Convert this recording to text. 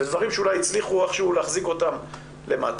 דברים שאולי הצליחו להחזיק אותם איכשהו למטה,